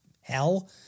hell